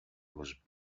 was